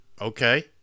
Okay